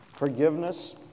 forgiveness